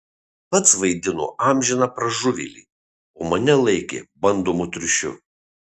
pats vaidino amžiną pražuvėlį o mane laikė bandomu triušiu